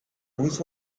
which